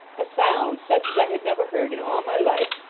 a sound, such as i had never heard in all my life,